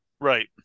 Right